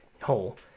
hole